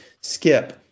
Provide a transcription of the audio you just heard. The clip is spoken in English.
Skip